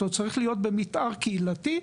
צריך להיות במתאר קהילתי.